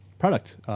product